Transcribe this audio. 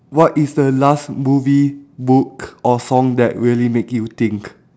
what is the last movie book or song that really make you think